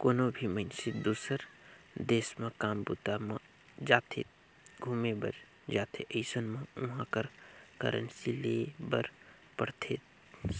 कोनो भी मइनसे दुसर देस म काम बूता म जाथे, घुमे बर जाथे अइसन म उहाँ कर करेंसी लेय बर पड़थे